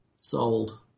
sold